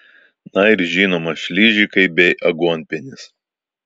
na ir žinoma šližikai bei aguonpienis